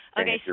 Okay